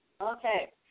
Okay